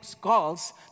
calls